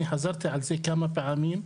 אני חזרתי על זה כמה פעמים,